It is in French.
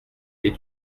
est